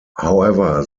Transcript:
however